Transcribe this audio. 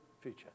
future